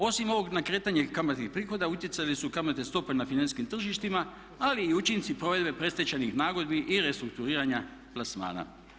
Osim ovog na kretanje kamatnih prihoda utjecale su kamatne stope na financijskim tržištima, ali i učinci provedbe predstečajnih nagodbi i restrukturiranja plasmana.